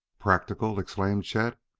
practical! exclaimed chet.